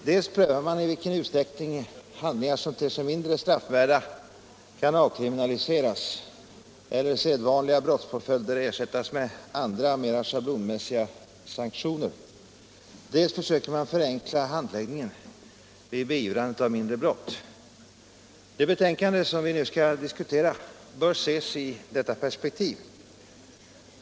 Dels undersöker man i vilken utsträckning handlingar, som ter sig mindre straffvärda, kan avkriminaliseras eller sedvanliga brottspåföljder ersättas med andra mera schablonmässiga sanktioner, dels försöker man förenkla handläggningen vid beivrandet av mindre brott. Det betänkande som vi nu skall diskutera bör ses i detta perspektiv.